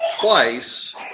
twice